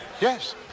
Yes